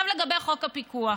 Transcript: עכשיו לגבי חוק הפיקוח.